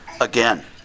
again